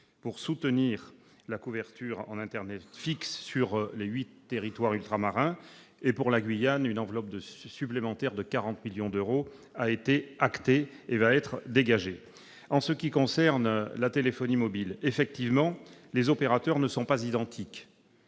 pour soutenir la couverture en internet fixe des huit territoires ultramarins. Pour la Guyane, une enveloppe supplémentaire de 40 millions d'euros va être mobilisée. Ensuite, en matière de téléphonie mobile, effectivement, les opérateurs ne sont pas identiques.